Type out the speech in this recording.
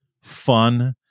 fun